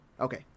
Okay